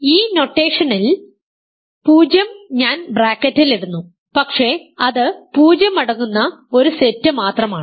ഈ നൊട്ടേഷനിൽ 0 ഞാൻ ബ്രാക്കറ്റിൽ ഇടുന്നു പക്ഷേ അത് 0 അടങ്ങുന്ന ഒരു സെറ്റ് മാത്രമാണ്